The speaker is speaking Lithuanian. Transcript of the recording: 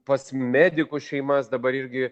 pas medikų šeimas dabar irgi